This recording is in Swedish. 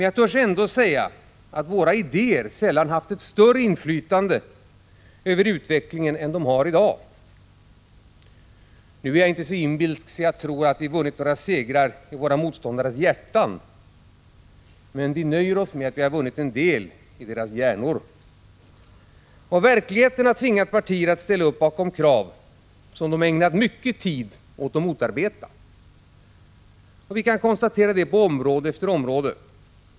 Jag törs ändå säga att våra idéer sällan haft ett större inflytande över utvecklingen än vad de har i dag. Nu är jag inte så inbilsk att jag tror att vi har vunnit våra segrar i motståndarnas hjärtan, men vi nöjer oss med att vi har vunnit en del i deras hjärnor. Verkligheten har tvingat partier att ställa upp bakom krav som de ägnat mycken tid åt att motarbeta. Detta kan vi konstatera på område efter område.